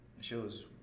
shows